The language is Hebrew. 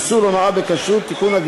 איסור הונאה בכשרות (תיקון,